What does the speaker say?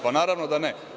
Pa, naravno da ne.